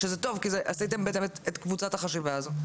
שזה טוב, כי עשיתם את קבוצת החשיבה הזאת.